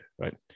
right